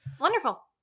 Wonderful